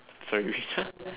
sorry which one